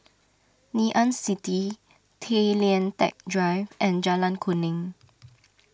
Ngee Ann City Tay Lian Teck Drive and Jalan Kuning